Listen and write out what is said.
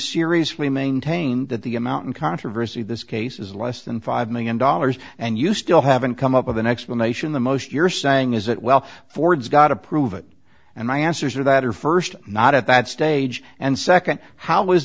seriously maintained that the amount in controversy this case is less than five million dollars and you still haven't come up with an explanation the most you're saying is that well ford's got to prove it and my answers are that are first not at that stage and second how